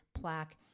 plaque